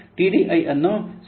ಆದ್ದರಿಂದ ಟಿಡಿಐ ಅನ್ನು 0